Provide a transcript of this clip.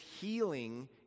healing